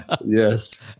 Yes